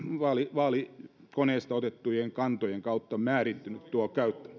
vaalikoneesta otettujen kantojen kautta määrittynyt